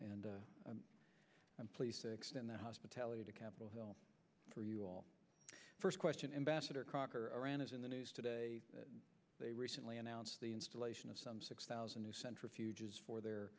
and i'm pleased to extend their hospitality to capitol hill for you all first question ambassador crocker iran is in the news today that they recently announced the installation of some six thousand new centrifuges for their